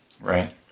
Right